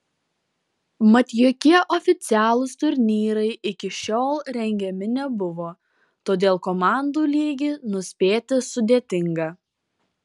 mat jokie oficialūs turnyrai iki šiol rengiami nebuvo todėl komandų lygį nuspėti sudėtinga